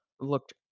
Looked